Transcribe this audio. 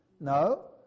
No